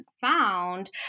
found